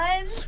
One